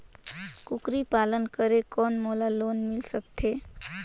कूकरी पालन करे कौन मोला लोन मिल सकथे?